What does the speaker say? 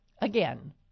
Again